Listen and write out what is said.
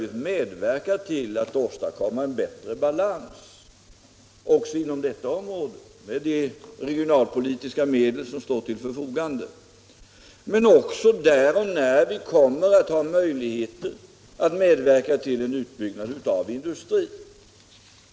Vi måste så långt det över huvud taget är möjligt med de regionalpolitiska medel som står till förfogande medverka till att åstadkomma en bättre balans och en utbyggnad av industrin också inom detta område.